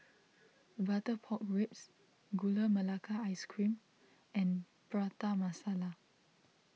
Butter Pork Ribs Gula Melaka Ice Cream and Prata Masala